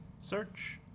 search